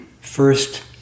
first